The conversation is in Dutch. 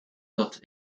dat